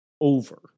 over